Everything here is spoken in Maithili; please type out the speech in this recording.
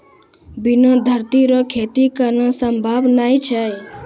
बिना धरती रो खेती करना संभव नै छै